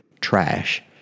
trash